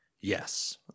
Yes